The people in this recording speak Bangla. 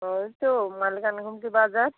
ওই তো মালখানা গুমটি বাজার